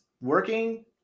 working